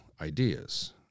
ideas